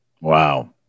Wow